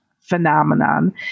phenomenon